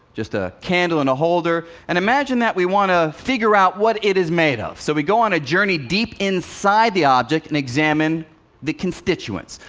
just a candle in a holder, and imagine that we want to figure out what it is made of. so we go on a journey deep inside the object and examine the constituents.